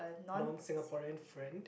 non Singaporean friend